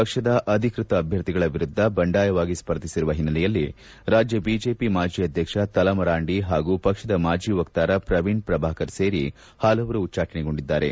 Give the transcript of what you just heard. ಪಕ್ಷದ ಅಧಿಕೃತ ಅಭ್ಯರ್ಥಿಗಳ ವಿರುದ್ದ ಬಂಡಾಯವಾಗಿ ಸ್ಪರ್ಧಿಸಿರುವ ಹಿನ್ನೆಲೆಯಲ್ಲಿ ರಾಜ್ಯ ಬಿಜೆಪಿ ಮಾಜಿ ಅಧ್ಯಕ್ಷ ತಲ ಮರಾಂಡಿ ಹಾಗೂ ಪಕ್ಷದ ಮಾಜಿ ವಕ್ತಾರ ಪ್ರವೀಣ್ ಪ್ರಭಾಕರ್ ಸೇರಿ ಹಲವರು ಉಚ್ವಾಟನೆಗೊಂಡಿದ್ದಾರೆ